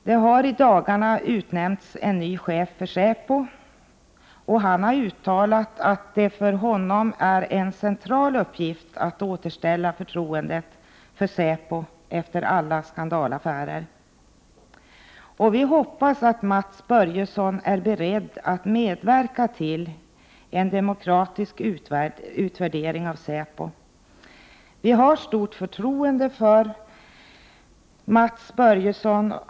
Det har i dagarna utnämnts en ny chef för säpo, och han har uttalat att det för honom är en central uppgift att återställa förtroendet för säpo efter alla skandalaffärer. Vi hoppas att Mats Börjesson är beredd att medverka till en demokratisk utvärdering av säpo. Vi har stort förtroende för Mats Börjesson.